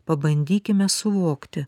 pabandykime suvokti